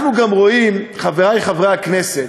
אנחנו גם רואים, חברי חברי הכנסת,